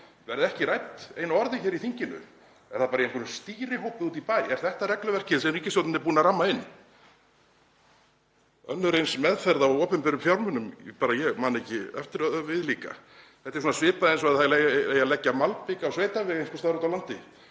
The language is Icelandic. verði ekki rædd einu orði í þinginu? Er það bara rætt í einhverjum stýrihópi úti í bæ? Er þetta regluverkið sem ríkisstjórnin er búin að ramma inn? Önnur eins meðferð á opinberum fjármunum, ég bara man ekki eftir viðlíka. Þetta er svona svipað eins og að það eigi að leggja malbik á sveitaveg einhvers staðar úti á landi